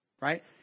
right